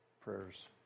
prayers